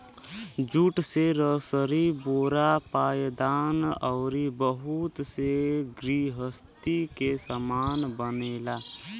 jute से रसरी बोरा पायदान अउरी बहुते घर गृहस्ती के सामान बनेला